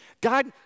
God